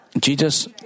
Jesus